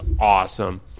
awesome